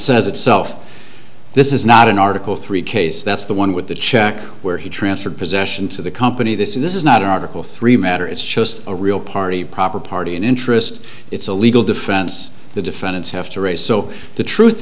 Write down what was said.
says itself this is not an article three case that's the one with the check where he transferred possession to the company this is not an article three matter it's just a real party proper party an interest it's a legal defense the defendants have to raise so the truth